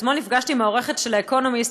ואתמול נפגשתי עם העורכת של ה"אקונומיסט".